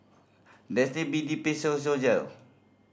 Dentiste B D Physiogel